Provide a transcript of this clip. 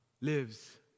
lives